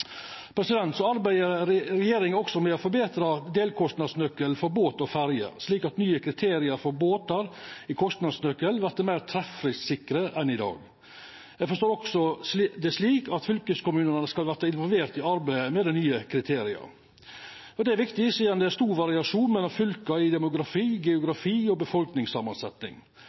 arbeider òg med å forbetra delkostnadsnøkkelen for båt og ferjer, slik at nye kriterium for båtar i kostnadsnøkkelen vert meir treffsikre enn i dag. Eg forstår det òg slik at fylkeskommunane skal verta involverte i arbeidet med dei nye kriteria. Det er viktig, sidan det er stor variasjon mellom fylka i demografi, geografi og